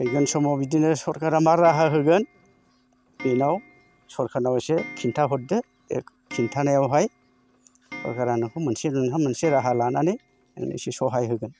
फैगोन समाव बिदिनो सरकारा मा राहा होगोन बेनाव सरकारनाव एसे खिनथा हरदो एक खिन्थानायावहाय सरकारा नोंखौ मोनसे नोंहा मोनसे राहा लानानै नोंनो एसे सहाय होगोन